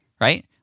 right